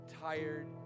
tired